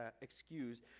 excuse